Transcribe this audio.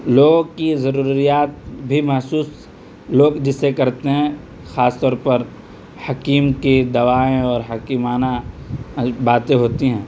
لوگ کی ضروریات بھی محسوس لوگ جسے کرتے ہیں خاص طور پر حکیم کی دوائیں اور حکیمانہ باتیں ہوتی ہیں